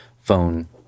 phone